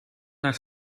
naar